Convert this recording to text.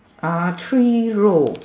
uh three row